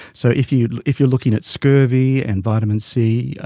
so if you're if you're looking at scurvy and vitamin c, ah